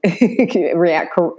react